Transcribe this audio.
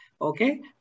Okay